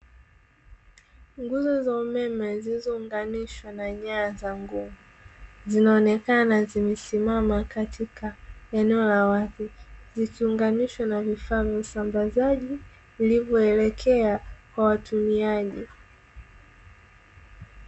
Nguzo za umeme zilizounganishwa na nyaya za nguvu zinaonekana zimesimama katika eneo la wazi, zikiunganishwa na vifaa vya usambazaji vilivyo elekea kwa watumiaji.